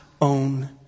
own